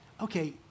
okay